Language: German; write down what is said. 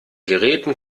geräten